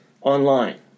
online